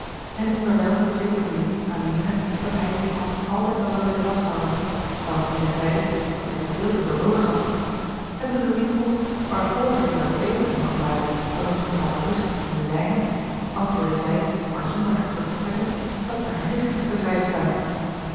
en onderwijl verzekerde louis aan lina dat hij die hand altijd wel zou willen vasthouden waarop lina zeide dat zij die veel te veel noodig had en toen louis vroeg waarvoor zij die dan beter kon gebruiken dan om ze te laten rusten in de zijne antwoordde zij maar zonder haar terug te trekken dat zij hare nicht moest ter zijde staan